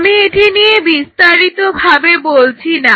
আমি এটি নিয়ে বিস্তারিতভাবে বলছি না